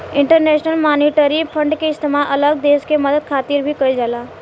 international monetary fund के इस्तेमाल अलग देश के मदद खातिर भी कइल जाला